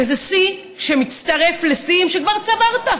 וזה שיא שמצטרף לשיאים שכבר צברת,